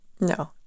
No